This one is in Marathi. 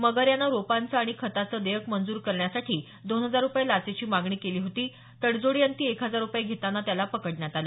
मगर यानं रोपांचं आणि खताचं देयक मंजूर करण्यासाठी दोन हजार रुपये लाचेची मागणी केली होती तडजोडी अंती एक हजार रुपये घेतांना त्याला पकडण्यात आलं